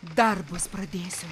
darbus pradėsiu